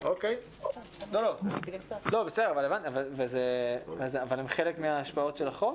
------ אבל הם חלק מההשפעות של החוק?